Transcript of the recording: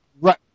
Right